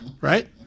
right